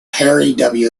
harry